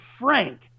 Frank